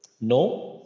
No